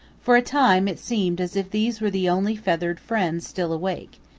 for a time it seemed as if these were the only feathered friends still awake,